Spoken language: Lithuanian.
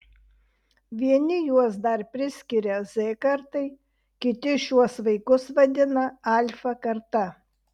vieni juos dar priskiria z kartai kiti šiuos vaikus vadina alfa karta